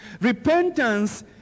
Repentance